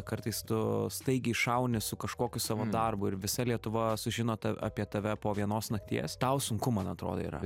kartais tu staigiai šauni su kažkokiu savo darbu ir visa lietuva sužino apie tave po vienos nakties tau sunku man atrodo yra